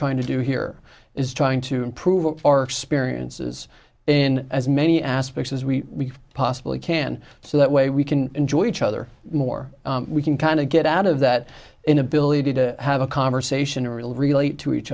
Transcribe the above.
trying to do here is trying to improve our experiences in as many aspects as we possibly can so that way we can enjoy each other more we can kind of get out of that inability to have a conversation or really relate to each